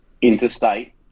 Interstate